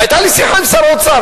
והיתה לי שיחה עם שר האוצר,